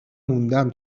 موندم